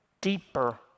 deeper